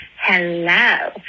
Hello